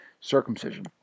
circumcision